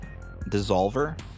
dissolver